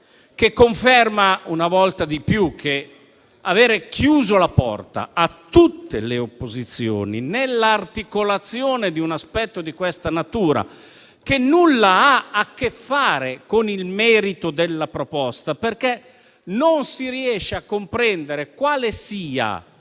che conferma, una volta di più, che aver chiuso la porta a tutte le opposizioni nell'articolazione di un aspetto di questa natura, che nulla ha a che fare con il merito della proposta, perché non si riesce a comprendere quale sia